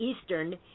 Eastern